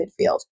midfield